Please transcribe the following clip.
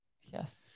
yes